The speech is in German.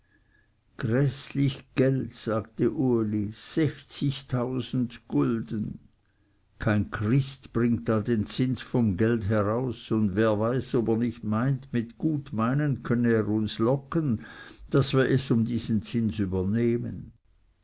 gräßlich geld sagte uli sechzigtausend gulden kein christ bringt da den zins vom gelde heraus und wer weiß ob er nicht meint mit gutmeinen könne er uns locken daß wir es um diesen zins übernehmen